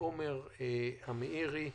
לעומר המאירי.